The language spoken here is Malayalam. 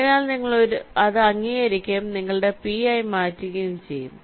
അതിനാൽ നിങ്ങൾ അത് അംഗീകരിക്കുകയും നിങ്ങളുടെ പി ആയി മാറ്റുകയും ചെയ്യുക